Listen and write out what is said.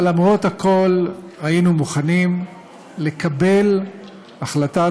אבל למרות הכול היינו מוכנים לקבל החלטת